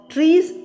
Trees